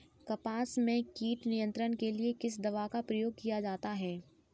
कपास में कीट नियंत्रण के लिए किस दवा का प्रयोग किया जाता है?